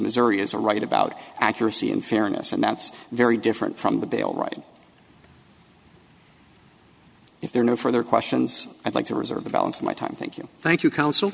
missouri is a right about accuracy and fairness and that's very different from the bail right if there are no further questions i'd like to reserve the balance of my time thank you thank you counsel